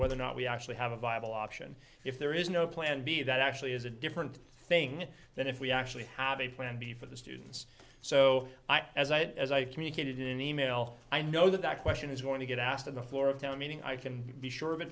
whether or not we actually have a viable option if there is no plan b that actually is a different thing than if we actually have a plan b for the students so i as i said as i communicated in an e mail i know that question is going to get asked on the floor of town meeting i can be sure of it